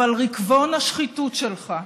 אבל ריקבון השחיתות שלך,